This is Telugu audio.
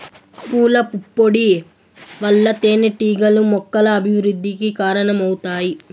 పూల పుప్పొడి వల్ల తేనెటీగలు మొక్కల అభివృద్ధికి కారణమవుతాయి